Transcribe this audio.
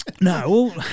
No